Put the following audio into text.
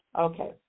Okay